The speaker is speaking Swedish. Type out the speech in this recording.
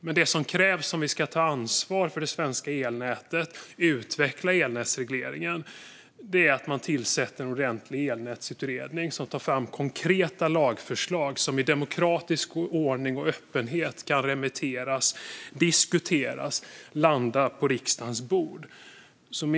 Men det som krävs, om vi ska ta ansvar för det svenska elnätet och utveckla elnätsregleringen, är att man tillsätter en ordentlig elnätsutredning som tar fram konkreta lagförslag som i demokratisk ordning och öppenhet kan remitteras, diskuteras och landa på riksdagens bord.